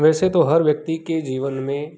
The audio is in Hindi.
वैसे तो हर व्यक्ति के जीवन में